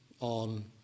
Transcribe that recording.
on